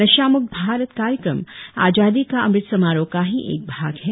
नशा म्क्त भारत कार्यक्रम आजादी का अमृत समारोह का ही एक भाग है